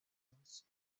restos